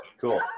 Cool